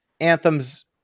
Anthem's